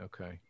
Okay